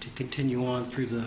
to continue on through the